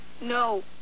No